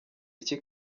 iki